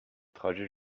trajet